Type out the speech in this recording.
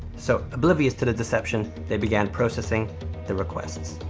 so, oblivious to the deception, they began processing their requests.